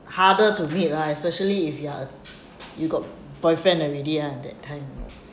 harder to reach lah especially if you are uh you got boyfriend already lah that time you know